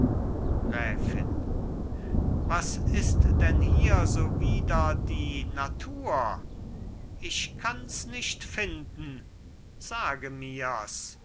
gräfin was ist denn hier so wider die natur ich kanns nicht finden sage mirs